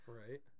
right